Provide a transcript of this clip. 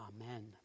Amen